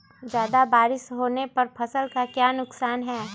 ज्यादा बारिस होने पर फसल का क्या नुकसान है?